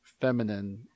feminine